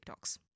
TikToks